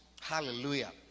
hallelujah